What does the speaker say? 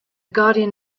guardian